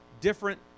different